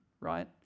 right